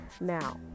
Now